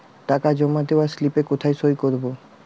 টাকা জমা দেওয়ার স্লিপে কোথায় সই করব?